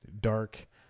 dark